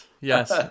Yes